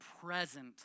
present